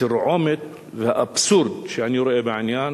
התרעומת והאבסורד שאני רואה בעניין